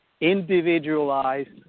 individualized